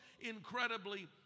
incredibly